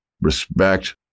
respect